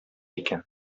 икән